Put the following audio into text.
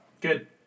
Good